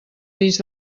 mig